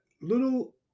little